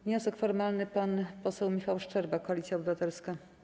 Z wnioskiem formalnym pan poseł Michał Szczerba, Koalicja Obywatelska.